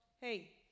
hey